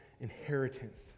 inheritance